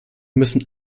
müssen